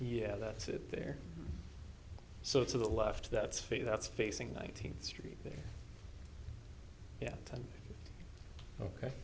yeah that's it there so to the left that's feet that's facing nineteenth street yeah ok